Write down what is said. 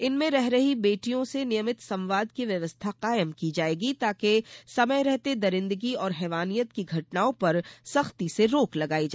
इनमें रह रही बेटियों से नियमित संवाद की व्यवस्था कायम की जायेगी ताकि समय रहते दरिंदगी और हैवानियत की घटनाओं पर सख्ती से रोक लगाई जा सके